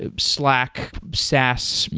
ah slack, saas,